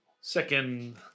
second